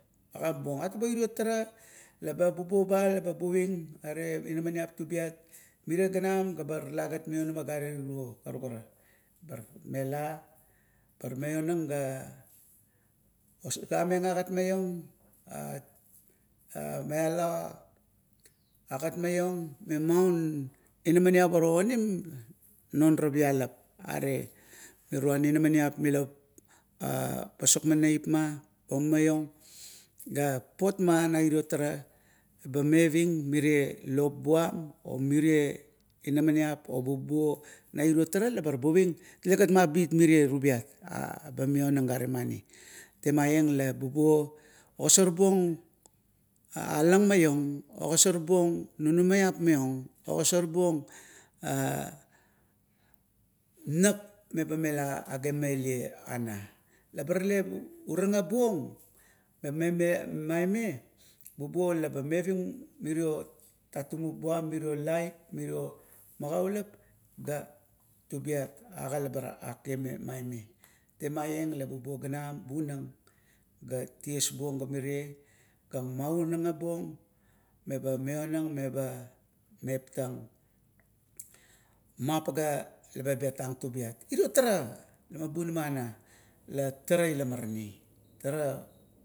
Agat buong are iro tara, laba bubuo ba leba buving. Are inamaniap tubiat, ba talagat maionama are tiro karukara. Mela bar maionang ga osagameng agat maiong, maialang agat maiong, memaun inamaniap onim na noara pialap. Are miruan inamaniap la pasokmeng neipma, ba mumaiong ga papotma nairio tara ba meaving merea lop buam omeria inamaniap o bubuo, nairo tara labar buving telegat mabit mirie tubiat, eba maionang gare mani. Temaieng le bubuo ogosar alang maiong, ogosor buong munumiap maiong, ogosorbuong a nap meba mela agamelie ana. Laba tale uragabuong imea maime, bubuo la ba meving mirio tatumup buam mirio laip, irio magaulap, ga tubiat agaleba ake maime. Temaieng le bubuor ganam la bunang ga ties buong ga mirie ga mauraga buong meba maionang eba meptang, mapagea leba betang tubiat. Irio tara laman bunama ana la tara ila arani. Tara